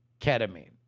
ketamine